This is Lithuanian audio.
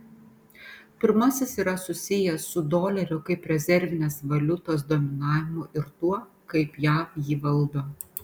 pirmasis yra susijęs su dolerio kaip rezervinės valiutos dominavimu ir tuo kaip jav jį valdo